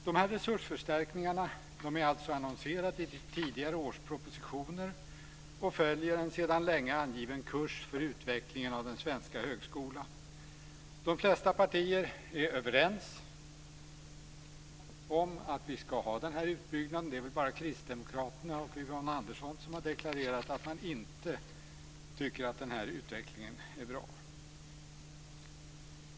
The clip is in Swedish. De här resursförstärkningarna är aviserade i tidigare års propositioner och följer en sedan länge angiven kurs för utvecklingen av den svenska högskolan. De flesta partier är överens om att vi ska ha den här utbyggnaden. Det är väl bara Yvonne Andersson och Kristdemokraterna som har deklarerat att man inte tycker att den här utvecklingen är bra.